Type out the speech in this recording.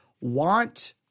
Want